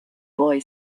boy